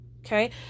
Okay